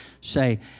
say